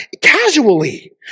casually